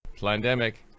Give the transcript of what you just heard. pandemic